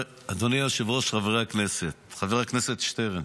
אדוני היושב-ראש, חברי הכנסת, חבר הכנסת שטרן,